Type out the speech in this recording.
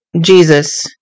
Jesus